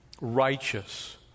righteous